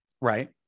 Right